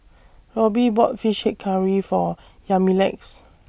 Robby bought Fish Head Curry For Yamilex